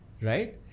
Right